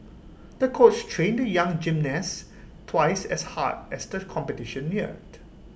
the coach trained the young gymnast twice as hard as the competition neared